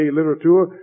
literature